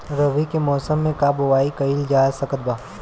रवि के मौसम में का बोआई कईल जा सकत बा?